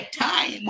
time